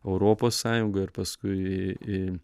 europos sąjungą ir paskui į į